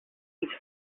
each